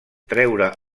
treure